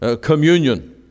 communion